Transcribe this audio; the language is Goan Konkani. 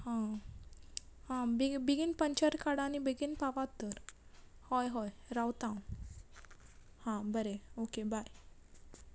हा हा बेगी बेगीन पंचर काडा आनी बेगीन पावात तर होय होय रावता हांव हा बरें ओके बाय